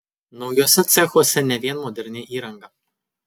naujuose cechuose ne vien moderni įranga